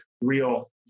real